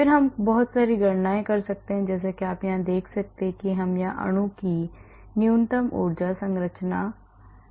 फिर हम बहुत सारी गणनाएं कर सकते हैं जैसा कि आप देख सकते हैं कि हम यहां अणु की न्यूनतम ऊर्जा संरचना हो सकते हैं